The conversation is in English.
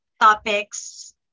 topics